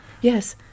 Yes